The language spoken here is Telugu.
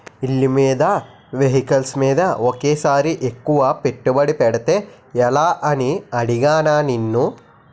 ఇళ్ళమీద, వెహికల్స్ మీద ఒకేసారి ఎక్కువ పెట్టుబడి పెడితే ఎలా అని అడిగానా నిన్ను